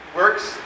works